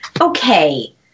Okay